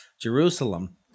jerusalem